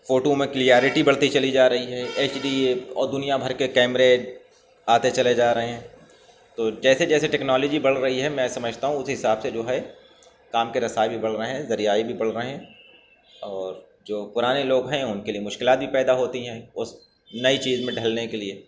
photo میں clarity بڑھتی چلی جارہی ہے ایچ ڈی اور دنیا بھر کے کیمرے آتے چلے جا رہے ہیں تو جیسے جیسے ٹیکنالوجی بڑھ رہی ہے میں سمجھتا ہوں اسی حساب سے جو ہے کام کے رسائے بھی بڑھ رہے ہیں ذریعے بھی بڑھ رہیں ہیں اور جو پرانے لوگ ہے ان کے لیے مشکلات بھی پیدا ہوتی ہیں اس نئی چیز میں ڈھلنے کے لیے